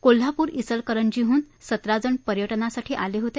कोल्हापूर इचलकरंजीहन सतराजण पर्यटनासाठी आले होते